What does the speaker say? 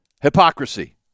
Hypocrisy